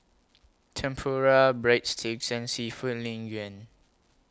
Tempura Breadsticks and Seafood Lin